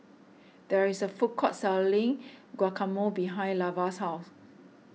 there is a food court selling Guacamole behind Lavar's house